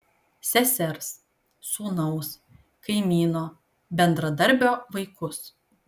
sesers sūnaus kaimyno bendradarbio vaikus